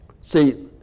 See